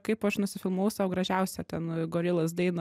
kaip aš nusifilmavau sau gražiausią ten gorilas dainą